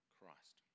Christ